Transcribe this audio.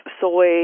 soy